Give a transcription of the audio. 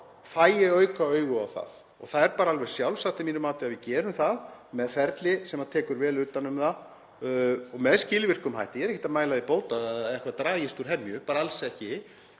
fæ ég aukaaugu á það og það er bara alveg sjálfsagt að mínu mati að við gerum það með ferli sem tekur vel utan um það og með skilvirkum hætti. Ég er ekkert að mæla því bót að eitthvað dragist úr hemju, bara alls ekki,